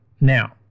Now